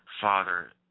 father